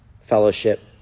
fellowship